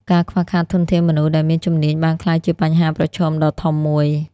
ការខ្វះខាតធនធានមនុស្សដែលមានជំនាញបានក្លាយជាបញ្ហាប្រឈមដ៏ធំមួយ។